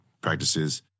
practices